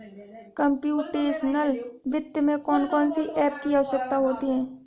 computational वित्त में कौन कौन सी एप की आवश्यकता होती है